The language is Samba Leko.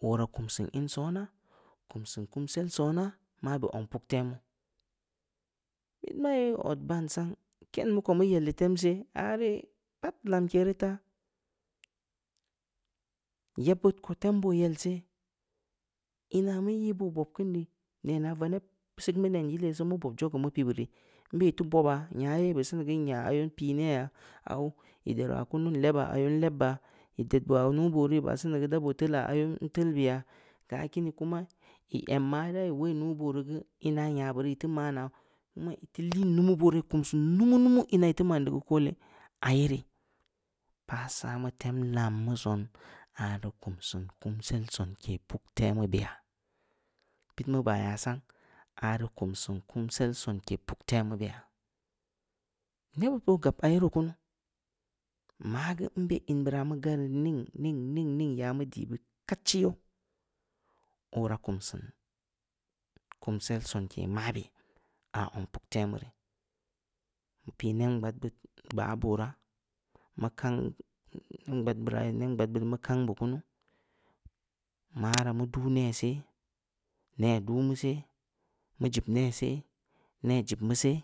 Ora kum sin in sona, kum sin kumsel sona mabe zong puktemu. bit mai od ban sang, ken mu ko mu yelli tem seh, ari pat, lamke ri tah, yeb bud ko tem bo yel seh, inah mu yi bo bo keun di, nenah vaneb sik mu nen yilesu mu bob zogo mu pibu rii, nbe iti bobaa, nyaye ii beu senigeu nya aaye npi neyha, auh, ii deriwa kunu, nleb auh, nlebya, ii dedbuwa ya nuubooru ii ba seni geu dabo teula aayeu, nteul buyaa, keu ah kini kuma, ii e mya dai woya nuubooru geu ina nya buri, ii teu mana, kuma ii teu liin numu, booraa ii kum siin numu-numu ina ii teu man deu geu koole. Aah yeri, paa samu, tem lam mu son, ari kunsiin kumsel son zong puktemu beya, bit mu baya sang, ari kunsiin kumsel son zong puktemu beya, nebbud boo gab ayeri kunu, mageu in bra mu gari ning-ning ya mu dii beu kadchi yeu, ora kumsin kumsel sonke mabeh, ah zong puktemu rii. Npi nengbad bud gbaa booraa, mu kang, nebgbad braa ye rii mu kang beu kunu, maraa mu duuh neh seh, neh duuh mu seh, mu jib neh seh, neh jib mu seh,